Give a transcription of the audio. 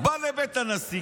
בא לבית הנשיא,